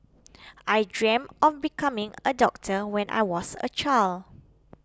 I dreamt of becoming a doctor when I was a child